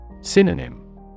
Synonym